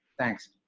thanks.